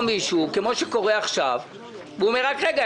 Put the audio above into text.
מישהו כמו שקורה עכשיו והוא אומר: "רק רגע,